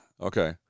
Okay